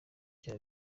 cya